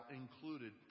included